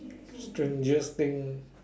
stranger thing